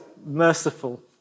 merciful